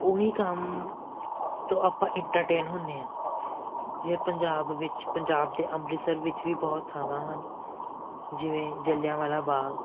ਉਹ ਕੰਮ ਤੋਂ ਆਪਾਂ ਇੰਟਰਟੇਨ ਹੁੰਦੇ ਹਾਂ ਜੇ ਪੰਜਾਬ ਵਿੱਚ ਪੰਜਾਬ ਦੇ ਅੰਮ੍ਰਿਤਸਰ ਵਿੱਚ ਵੀ ਬਹੁਤ ਥਾਵਾਂ ਹਨ ਜਿਵੇਂ ਜਲਿਆਂਵਾਲਾ ਬਾਗ